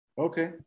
okay